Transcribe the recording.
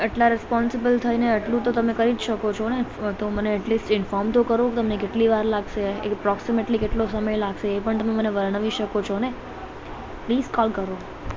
આટલા રિસ્પોન્સિબલ થઇને આટલું તો તમે કરી જ શકો છો ને તો મને એટલિસ્ટ ઇન્ફોર્મ તો કરો તમને કેટલી વાર લાગશે એપ્રોક્સિમેટલી કેટલો સમય લાગશે એ પણ તમે મને વર્ણવી શકો છો ને પ્લીઝ કોલ કરો